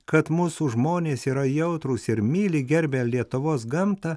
kad mūsų žmonės yra jautrūs ir myli gerbia lietuvos gamtą